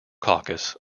caucus